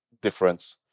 difference